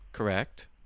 Correct